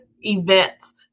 events